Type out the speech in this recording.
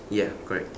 ya correct